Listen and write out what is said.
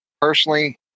personally